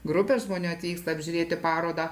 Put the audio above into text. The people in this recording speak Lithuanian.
grupė žmonių atvyksta apžiūrėti parodą